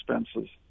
expenses